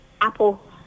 Apple